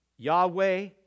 Yahweh